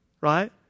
right